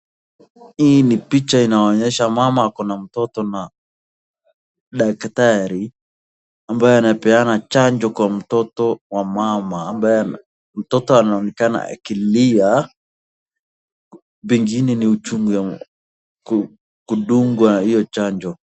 Hii ni picha inaonyesha mama ako na mtoto na daktari ambaye anapeana chanjo kwa mtoto wa mama ambaye mtoto anaonekana akilia pengine ni uchungu wa kudungwa hiyo chanjo.